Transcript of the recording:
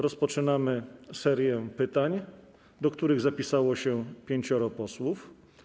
Rozpoczynamy serię pytań, do których zapisało się pięcioro posłów.